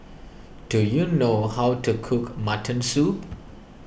do you know how to cook Mutton Soup